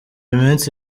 iminsi